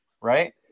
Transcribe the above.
Right